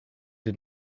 did